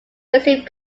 receive